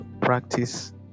practice